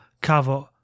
cover